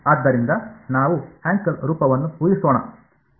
ಆದ್ದರಿಂದ ನಾವು ಹ್ಯಾಂಕೆಲ್ ರೂಪವನ್ನು ಊಹಿಸೋಣ